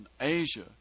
Asia